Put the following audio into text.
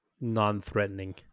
non-threatening